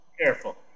Careful